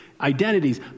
identities